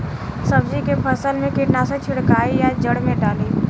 सब्जी के फसल मे कीटनाशक छिड़काई या जड़ मे डाली?